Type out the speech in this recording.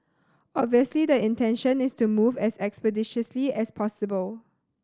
obviously the intention is to move as expeditiously as possible